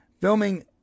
Filming